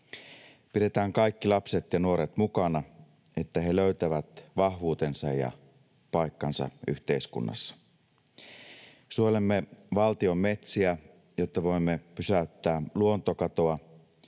Pidetään kaikki lapset ja nuoret mukana, että he löytävät vahvuutensa ja paikkansa yhteiskunnassa. Suojelemme valtion metsiä, jotta voimme pysäyttää luontokatoa.